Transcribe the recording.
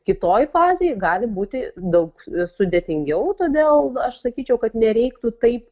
kitoj fazėj gali būti daug sudėtingiau todėl aš sakyčiau kad nereiktų taip